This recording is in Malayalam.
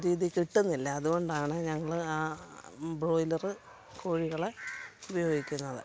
രീതി കിട്ടുന്നില്ല അതുകൊണ്ടാണ് ഞങ്ങള് ആ ബ്രോയിലര് കോഴികളെ ഉപയോഗിക്കുന്നത്